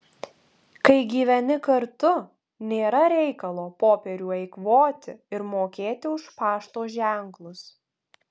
kai gyveni kartu nėra reikalo popierių eikvoti ir mokėti už pašto ženklus